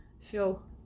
feel